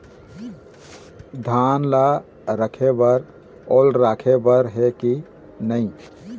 धान ला रखे बर ओल राखे बर हे कि नई?